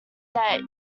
that